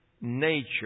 nature